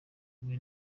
kumwe